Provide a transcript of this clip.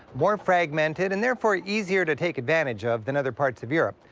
more fragmented and therefore easier to take advantage of than other parts of europe,